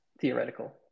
theoretical